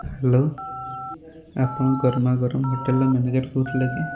hello ଆପଣ ଗର୍ମା ଗରମ୍ ହୋଟେଲ୍ର ମ୍ୟାନେଜର୍ କହୁଥିଲେ କି